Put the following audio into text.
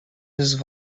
his